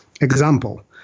example